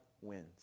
wins